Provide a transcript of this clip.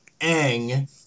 ang